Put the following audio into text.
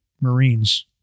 Marines